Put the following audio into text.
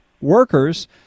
workers